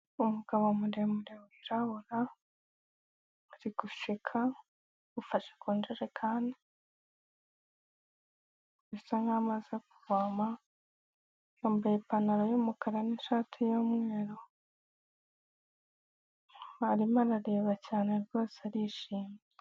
Umugabo muremure wirabura, ari guseka ufashe ku njerekani bisa nk'aho ari kuvoma, yambaye ipantaro y'umukara n'ishati y'umweru, arimo arareba cyane rwose arishimye.